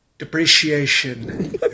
depreciation